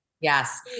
Yes